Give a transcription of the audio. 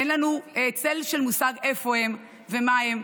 אין לנו צל של מושג איפה הם ומה איתם.